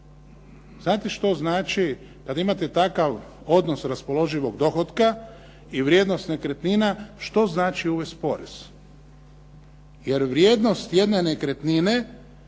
Znate što znači kad imate takav odnos raspoloživog dohotka i vrijednost nekretnina što znači uvesti porez. Jer vrijednost jedne nekretnine